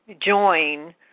join